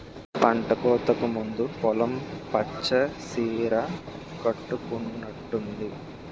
పంటకోతకు ముందు పొలం పచ్చ సీర కట్టుకునట్టుంది